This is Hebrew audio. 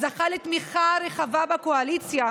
זכה לתמיכה רחבה בקואליציה,